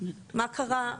מה קרה?